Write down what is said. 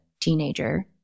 teenager